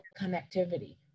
connectivity